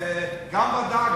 גם ועדה,